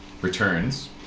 returns